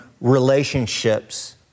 relationships